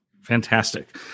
Fantastic